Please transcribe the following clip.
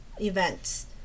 events